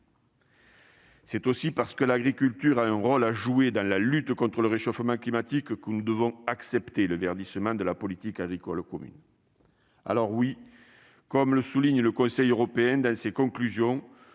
C'est aussi parce que l'agriculture a un rôle à jouer dans la lutte contre le réchauffement climatique que nous devons accepter le verdissement de la politique agricole commune. Alors oui, comme le souligne le Conseil européen dans ses conclusions,